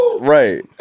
Right